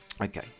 Okay